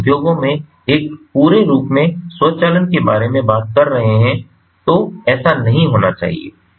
जब हम उद्योग में एक पूरे रूप में स्वचालन के बारे में बात कर रहे हैं तो ऐसा नहीं होना चाहिए